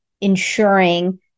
ensuring